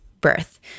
birth